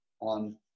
on